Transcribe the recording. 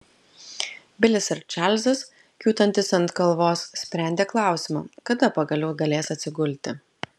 bilis ir čarlzas kiūtantys ant kalvos sprendė klausimą kada pagaliau galės atsigulti